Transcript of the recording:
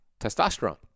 testosterone